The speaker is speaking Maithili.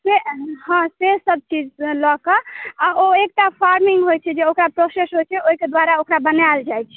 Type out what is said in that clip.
से हँ से सब चीज लऽ कऽ आ ओ एक टा फार्मिंग होइ छै जे ओकरा प्रोसेस होइ छै ओहिके दुआरा ओकरा बनाएल जाइ छै